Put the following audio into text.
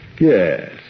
Yes